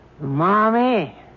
Mommy